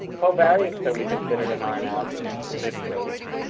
covariates that we considered in our analysis included race,